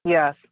Yes